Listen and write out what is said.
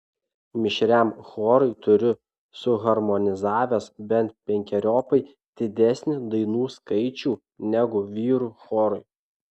mišriam chorui turiu suharmonizavęs bent penkeriopai didesnį dainų skaičių negu vyrų chorui